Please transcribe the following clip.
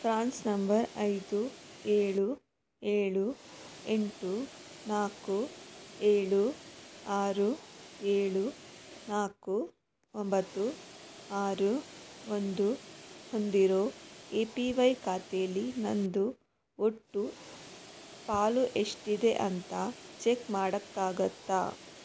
PRANs number ಐದು ಏಳು ಏಳು ಎಂಟು ನಾಲ್ಕು ಏಳು ಆರು ಏಳು ನಾಲ್ಕು ಒಂಬತ್ತು ಆರು ಒಂದು ಹೊಂದಿರೊ ಎ ಪಿ ವೈ ಖಾತೆಲಿ ನನ್ನದು ಒಟ್ಟು ಪಾಲು ಎಷ್ಟಿದೆ ಅಂತ ಚೆಕ್ ಮಾಡೋಕ್ಕಾಗತ್ತಾ